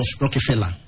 Rockefeller